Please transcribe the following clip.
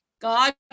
God